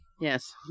Yes